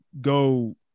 go